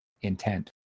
intent